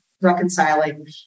reconciling